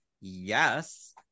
yes